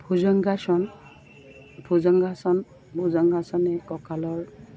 ভোজংগাসন ভোজংগাস ভোজংগাসনে কঁকালৰ